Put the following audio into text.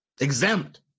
Exempt